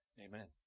Amen